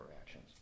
actions